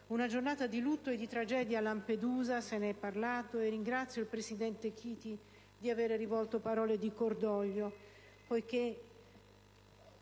una giornata di lutto e di tragedia a Lampedusa. Se ne è parlato, e ringrazio il presidente Chiti di avere formulato parole di cordoglio, poiché